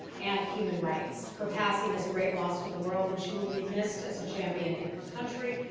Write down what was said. and human rights. her passing is a great loss to the world, and she will be missed as a champion in her country,